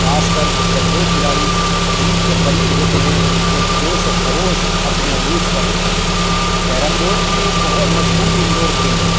خاص کر جب دو کھلاڑی جیت کے قریب ہوتے ہیں تو جوش و خروش اپنے عروج پر ہوتا ہے کیرم بورڈ بھی ایک بہت مشہور انڈور کھیل ہے